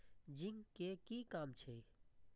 Zinc के कि काम छै?